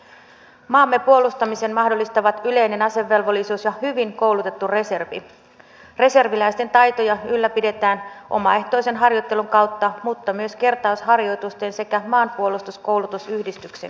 kaikki nämä edellyttävät rauhallista ja perusteellista valmistelua ja minun mielestäni on erittäin hyvä että tässä keskustelussa on noussut esille myös se että hallituksessa on mietitty komiteatyöskentelyä tässä yhteydessä näitten lakiasioitten valmistelun yhteydessä